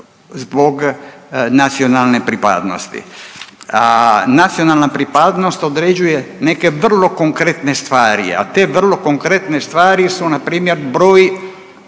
zbog nacionalne pripadnosti, a nacionalna pripadnost određuje neke vrlo konkretne stvari, a te vrlo konkretne stvari su npr. broj